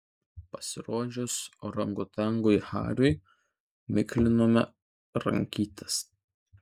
pasirodžius orangutangui hariui miklinome rankytes